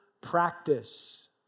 practice